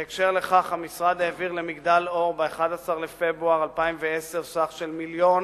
בהקשר זה המשרד העביר ל"מגדל אור" ב-11 בפברואר 2010 סך של מיליון